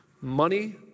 Money